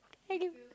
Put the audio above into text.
then I do